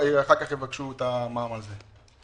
ואחר-כך יבקשו את המע"מ על זה.